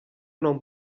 non